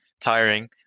tiring